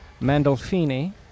Mandolfini